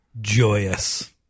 joyous